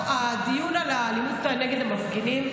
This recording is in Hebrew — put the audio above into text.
הדיון על האלימות נגד המפגינים,